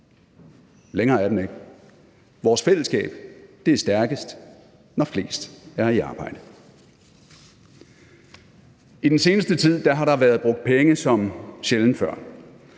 Længere er den ikke. Vores fællesskab er stærkest, når flest er i arbejde. Kl. 10:40 I den seneste tid har der været brugt penge, som sjældent før.